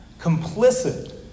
complicit